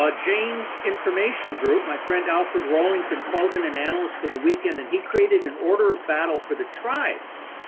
ah jane's information group, my friend alfred rollington called in an analyst for the weekend and he created an order of battle for the tribes,